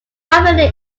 privately